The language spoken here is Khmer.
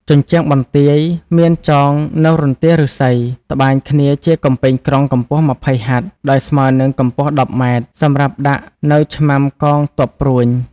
ជញ្ជាំងបន្ទាយមានចងនៅរន្ទាឬស្សីត្បាញគ្នាជាកំពែងក្រុងកម្ពស់ ២០ហត្ថ ដោយស្មើនិងកម្ពស់ ១០ម៉្រែត សម្រាប់ដាក់នៅឆ្មាំកងទ័ពព្រួញ ។